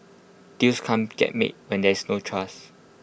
deals can't get made when there is no trust